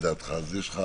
יש לך